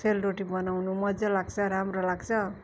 सेलरोटी बनाउनु मज्जा लाग्छ राम्रो लाग्छ